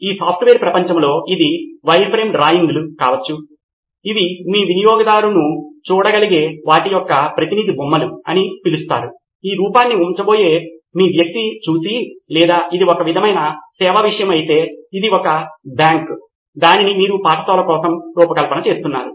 ఈ సాఫ్ట్వేర్ ప్రపంచంలో ఇది వైర్ఫ్రేమ్ డ్రాయింగ్లు కావచ్చు అవి మీ వినియోగదారుని చూడగలిగే వాటి యొక్క ప్రతినిధి బొమ్మలు అని పిలుస్తారు ఈ రూపాన్ని ఉపయోగించబోయే మీ వ్యక్తి చూసి లేదా ఇది ఒక విధమైన సేవా విషయం అయితే ఇది ఒక బ్యాంక్ దానిని మీరు పాఠశాల కోసం రూపకల్పన చేస్తున్నారు